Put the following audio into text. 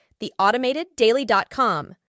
theautomateddaily.com